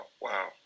wow